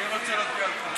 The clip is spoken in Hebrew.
אני לא רוצה להפריע לך,